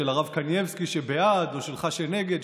של הרב קנייבסקי שבעד או שלך שנגד?